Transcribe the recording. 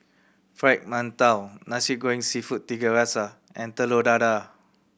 Fried Mantou Nasi Goreng Seafood Tiga Rasa and Telur Dadah